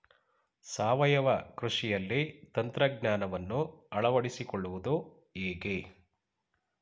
ಸಾವಯವ ಕೃಷಿಯಲ್ಲಿ ತಂತ್ರಜ್ಞಾನವನ್ನು ಅಳವಡಿಸಿಕೊಳ್ಳುವುದು ಹೇಗೆ?